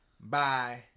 Bye